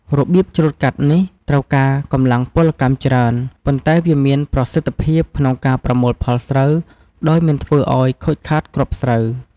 របៀបច្រូតកាត់នេះត្រូវការកម្លាំងពលកម្មច្រើន ប៉ុន្តែវាមានប្រសិទ្ធភាពក្នុងការប្រមូលផលស្រូវដោយមិនធ្វើឱ្យខូចខាតគ្រាប់ស្រូវ។